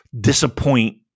disappoint